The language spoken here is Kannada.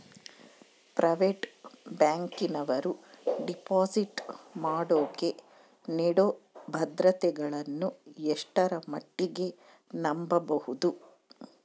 ಪ್ರೈವೇಟ್ ಬ್ಯಾಂಕಿನವರು ಡಿಪಾಸಿಟ್ ಮಾಡೋಕೆ ನೇಡೋ ಭದ್ರತೆಗಳನ್ನು ಎಷ್ಟರ ಮಟ್ಟಿಗೆ ನಂಬಬಹುದು?